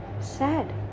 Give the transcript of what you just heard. sad